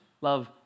love